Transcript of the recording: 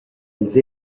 ils